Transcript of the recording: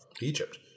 Egypt